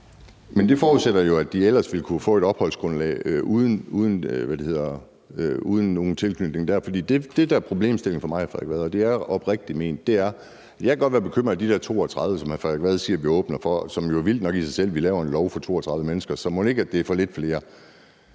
Men det forudsætter jo, at de ellers ville kunne få et opholdsgrundlag uden tilknytning. Det, der er problemstillingen for mig, hr. Frederik Vad, og det er oprigtigt ment, er, at jeg godt kan være bekymret for de der 32, som hr. Frederik Vad siger vi åbner for. Det er jo vildt nok i sig selv, at vi laver en lov for 32 mennesker, så mon ikke det er for lidt flere?